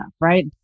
right